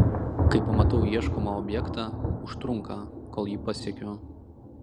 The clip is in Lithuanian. kai pamatau ieškomą objektą užtrunka kol jį pasiekiu